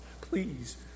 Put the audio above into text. Please